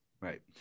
right